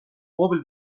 مبل